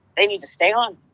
they need to stay on.